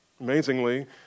Amazingly